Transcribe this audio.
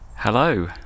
Hello